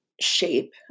shape